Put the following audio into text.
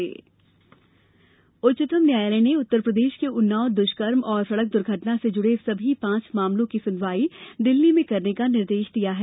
उन्नाव मामला उच्चतम न्यायालय ने उत्तरप्रदेश के उन्नाव दुष्कर्म और सड़क दुर्घटना से जुड़े सभी पांच मामलों की सुनवाई दिल्ली में करने का निर्देश दिया है